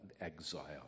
exile